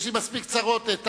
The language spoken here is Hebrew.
יש לי מספיק צרות.